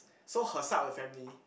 so her side of the family